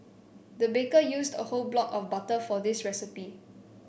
the baker used a whole block of butter for this recipe